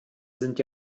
sind